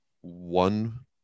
one